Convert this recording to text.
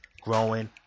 growing